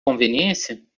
conveniência